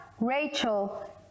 Rachel